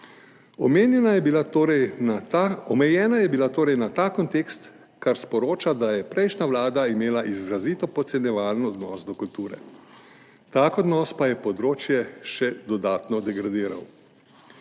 Omejena je bila torej na ta kontekst, kar sporoča, da je prejšnja vlada imela izrazito podcenjevalen odnos do kulture. Tak odnos pa je področje še dodatno degradiral.